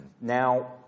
Now